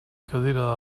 cadira